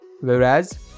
Whereas